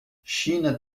china